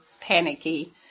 panicky